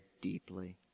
deeply